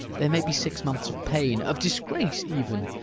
there may be six months of pain, of disgrace even,